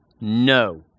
No